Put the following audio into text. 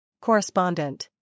Correspondent